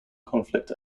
conflict